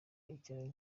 icyo